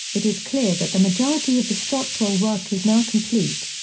it is clear that the majority of the structural work is now complete.